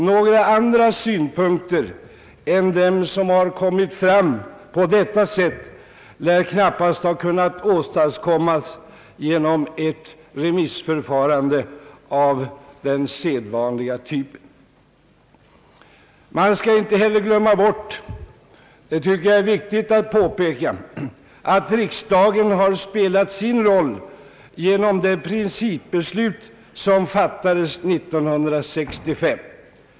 Några andra synpunkter än de som kom fram på detta sätt lär knappast ha kunnat åstadkommas genom ett remissförfarande av den sedvanliga typen. Man skall inte heller glömma bort — det tycker jag är viktigt att påpeka — att riksdagen har spelat sin roll genom det principbeslut som fattades 1965.